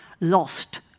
lost